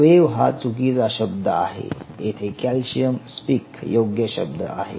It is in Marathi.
वेव्ह हा चुकीचा शब्द आहे येथे कॅल्शियम स्पिक योग्य शब्द आहे